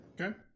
okay